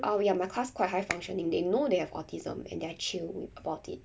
oh ya my class quite high functioning they know they have autism and they're chill about it